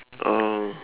oh